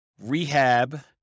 Rehab